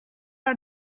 are